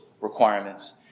Requirements